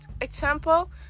example